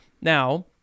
Now